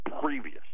previous